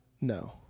No